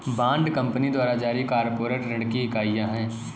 bond company द्वारा जारी corporate ऋण की इकाइयां हैं